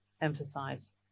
emphasize